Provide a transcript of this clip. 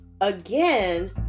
again